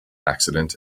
accident